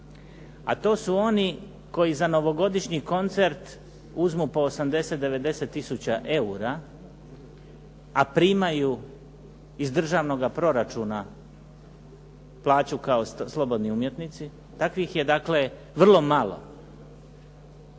a to su oni koji za novogodišnji koncert uzmu po 80, 90 tisuća eura, a primaju iz državnoga proračuna plaću kao slobodni umjetnici. Takvih je dakle vrlo malo,